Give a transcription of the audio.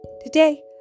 Today